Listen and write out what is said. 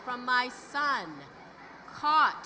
from my son caught